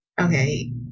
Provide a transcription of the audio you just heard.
okay